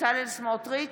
בצלאל סמוטריץ'